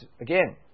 again